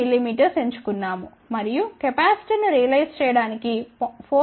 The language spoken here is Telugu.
5 mm ఎంచుకున్నాము మరియు కెపాసిటర్ను రియలైజ్ చేయడానికి 4